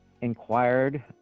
inquired